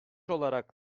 olarak